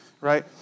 right